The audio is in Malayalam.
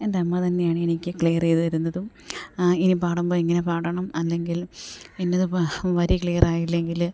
എൻ്റമ്മ തന്നെയാണെനിക്ക് ക്ലിയർ ചെയ്തു തരുന്നതും ഇനി പാടുമ്പം ഇങ്ങനെ പാടണം അല്ലെങ്കിൽ ഇന്നത് പാ വരി ക്ലിയറായില്ലെങ്കിൽ